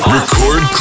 Record